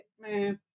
man